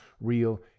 real